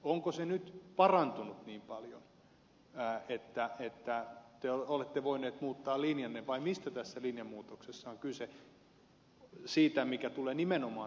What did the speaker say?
onko se nyt parantunut niin paljon että te olette voineet muuttaa linjanne vai mistä tässä linjanmuutoksessa on kyse mitä tulee nimenomaan tähän tarveharkinnan poistamiseen